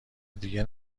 دیگه